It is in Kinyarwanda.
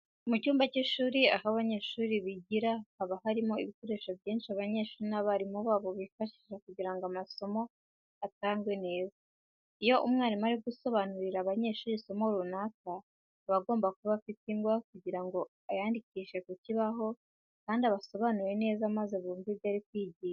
Mu cyumba cy'ishuri aho abanyeshuri bigira haba harimo ibikoresho byinshi abanyeshuri n'abarimu babo bifashisha kugira ngo amasomo atangwe neza. Iyo umwarimu ari gusobanurira abanyeshuri isomo runaka, aba agomba kuba afite ingwa kugira ngo ayandikishe ku kibaho kandi abasobanurire neza maze bumve ibyo yigisha.